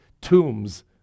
tombs